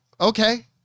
okay